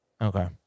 Okay